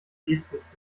spezies